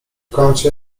kącie